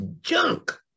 junk